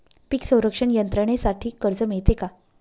पीक संरक्षण यंत्रणेसाठी कर्ज मिळते का?